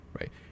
right